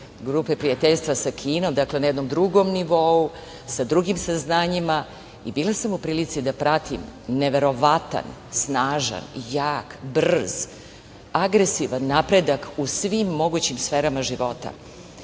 grupe prijateljstva sa Kinom, dakle, na jednom drugom nivou, sa drugim saznanjima i bila sam u prilici da pratim neverovatan, snažan, jak, brz, agresivan napredak u svim mogućim sferama života. Jako